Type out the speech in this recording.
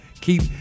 Keep